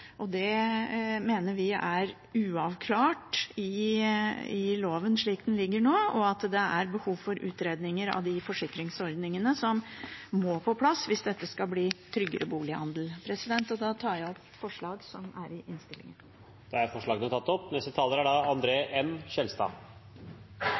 Det mener vi er uavklart i loven slik den ligger nå, og det er behov for utredninger av de forsikringsordningene som må på plass hvis det skal bli tryggere bolighandel. Da tar jeg opp SVs forslag. Representanten Karin Andersen har tatt opp det forslaget hun refererte til. Bevisste norske forbrukere kan i